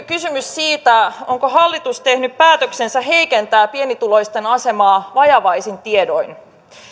kysymys siitä onko hallitus tehnyt päätöksensä heikentää pienituloisten asemaa vajavaisin tiedoin